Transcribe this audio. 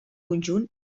conjunt